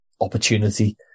opportunity